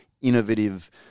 innovative